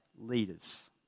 leaders